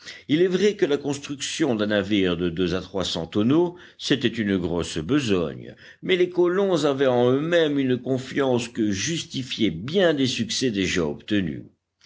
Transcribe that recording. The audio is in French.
il est vrai que la construction d'un navire de deux à trois cents tonneaux c'était une grosse besogne mais les colons avaient en eux-mêmes une confiance que justifiaient bien des succès déjà obtenus